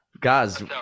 Guys